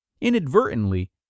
Inadvertently